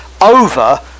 over